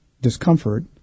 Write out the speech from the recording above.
discomfort